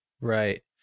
right